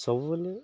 ସବୁବେଳେ